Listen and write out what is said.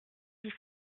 dix